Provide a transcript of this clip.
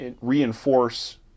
reinforce